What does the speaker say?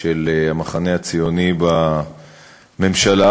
של המחנה הציוני בממשלה,